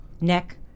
neck